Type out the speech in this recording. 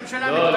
הממשלה,